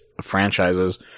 franchises